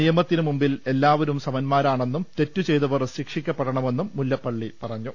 നിയമത്തിന് മുമ്പിൽ എല്ലാവരും സമന്മാരാണെന്നും തെറ്റു ചെയ്തവർ ശിക്ഷിക്കപ്പെടണ മെന്നും മുല്ലപ്പള്ളി പറഞ്ഞു